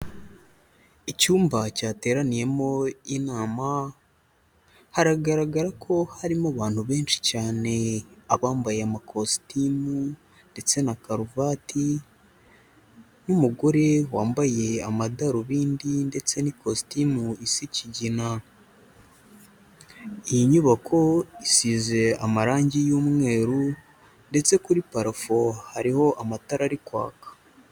Icyumba cyateraniyemo inama, haragaragara ko harimo abantu benshi cyane, abambaye amakositimu ndetse na karuvati n'umugore wambaye amadarubindi ndetse n'ikositimu isa ikigina. Iyi nyubako isize amarangi y'umweru ndetse kuri parafo hariho amatara ari kwaka.